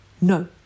No